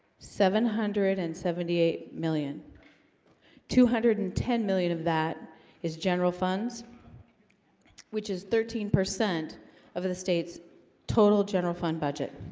seven hundred and seventy eight million two hundred and ten million of that is general funds which is thirteen percent of the state's total general fund budget?